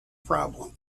problem